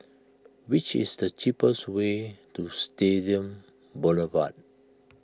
which is the cheapest way to Stadium Boulevard